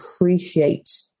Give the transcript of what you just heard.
appreciate